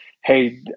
Hey